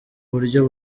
buryo